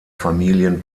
familien